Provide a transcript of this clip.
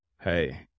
Hey